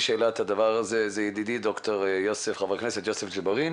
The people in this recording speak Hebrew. שהעלה את הנושא הזה זה ידידי חבר הכנס יוסף ג'אברין.